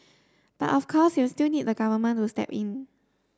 but of course you still need the Government to step in